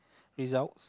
results